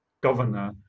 Governor